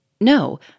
No